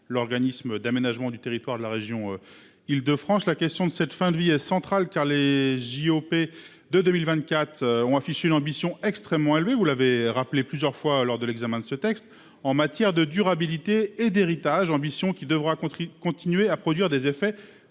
l'organisme d'aménagement du territoire de la région. Île-de-France, la question de cette fin de vie est centrale, car les J. O. P de 2024 ont affiché l'ambition extrêmement élevé. Vous l'avez rappelé plusieurs fois lors de l'examen de ce texte en matière de durabilité et d'héritage ambition qui devra contrit continuer à produire des effets